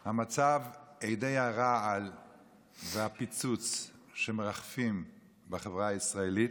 המצב, אדי הרעל והפיצוץ שמרחפים בחברה הישראלית,